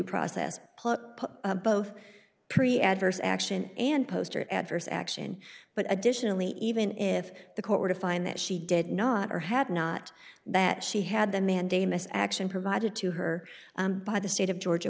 process both pre adverse action and poster adverse action but additionally even if the court were to find that she did not or had not that she had the mandamus action provided to her by the state of georgia